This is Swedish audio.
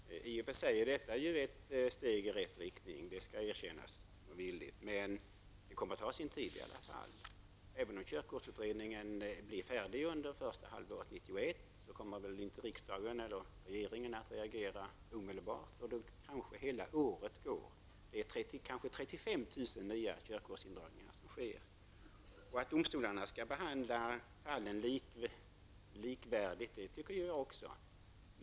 Fru talman! I och för sig är detta ett steg i rätt riktning -- det skall villigt erkännas -- men det kommer i alla fall att ta sin tid. Även om körkortsutredningen blir färdig under första halvåret 1991 kommer väl inte regeringen att reagera omedelbart, och hela året kommer väl att gå med kanske 35 000 nya körkortsindragningar. Jag tycker också att domstolarna skall behandla alla lika.